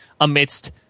amidst